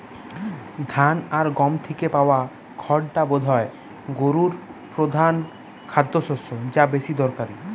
ধান আর গম থিকে পায়া খড়টা বোধায় গোরুর পোধান খাদ্যশস্য যা বেশি দরকারি